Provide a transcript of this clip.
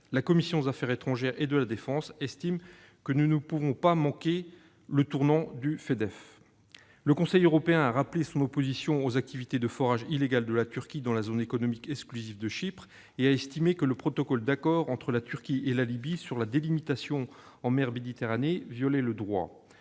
La commission des affaires étrangères et de la défense estime que nous ne pouvons pas manquer le tournant du Fedef. Le Conseil européen a rappelé son opposition aux activités de forage illégales de la Turquie dans la zone économique exclusive de Chypre et a estimé que le protocole d'accord entre la Turquie et la Libye sur la délimitation en mer Méditerranée violait le droit.